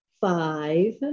five